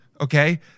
okay